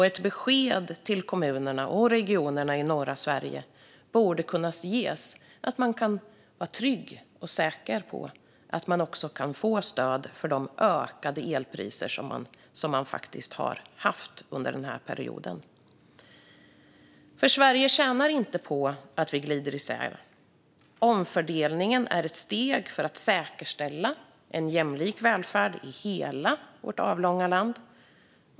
Ett besked till kommunerna och regionerna i norra Sverige borde kunna ges, så att de kan vara trygga med och säkra på att de kan få stöd för de ökade elpriser som de faktiskt har haft under den här perioden. Vi i Sverige tjänar inte på att vi glider isär. Omfördelningen är ett steg för att säkerställa en jämlik välfärd i hela vårt avlånga land.